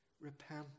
Repent